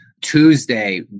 Tuesday